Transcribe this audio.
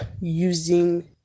using